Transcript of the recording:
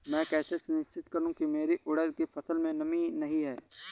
मैं कैसे सुनिश्चित करूँ की मेरी उड़द की फसल में नमी नहीं है?